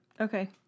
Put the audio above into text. Okay